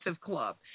Club